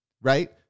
Right